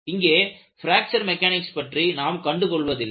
இங்கே fracture mechanics பற்றி நாம் கண்டுகொள்வதில்லை